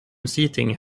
seating